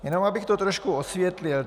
Jenom abych to trošku osvětlil.